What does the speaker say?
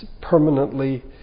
permanently